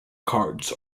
cards